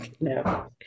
no